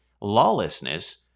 lawlessness